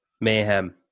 Mayhem